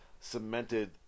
cemented